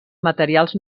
materials